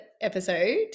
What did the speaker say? episode